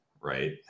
right